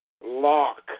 lock